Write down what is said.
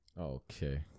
Okay